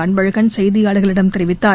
அன்பழகன் செய்தியாளர்களிடம் தெரிவித்தார்